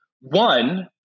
One